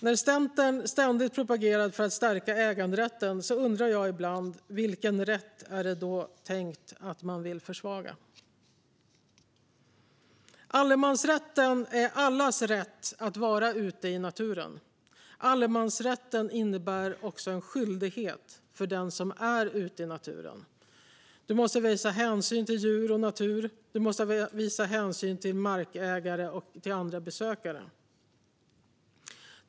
När Centern ständigt propagerar för att stärka äganderätten undrar jag ibland vilken rätt som är tänkt att försvagas. Allemansrätten är allas rätt att vara ute i naturen. Allemansrätten innebär också en skyldighet för den som är ute i naturen. Du måste visa hänsyn mot djur och natur, mot markägare och mot andra besökare.